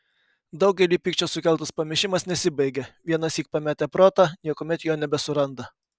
daugeliui pykčio sukeltas pamišimas nesibaigia vienąsyk pametę protą niekuomet jo nebesuranda